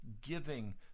giving